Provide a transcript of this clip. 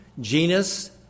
genus